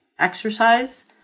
exercise